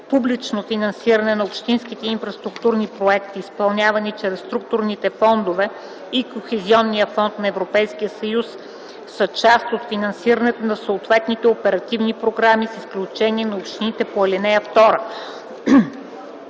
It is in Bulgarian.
публично финансиране на общинските инфраструктурни проекти, изпълнявани чрез структурните фондове и Кохезионния фонд на Европейския съюз, са част от финансирането на съответните оперативни програми, с изключение на общините по ал. 2.